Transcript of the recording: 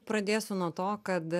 pradėsiu nuo to kad